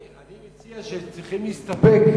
אני מציע שצריכים להסתפק.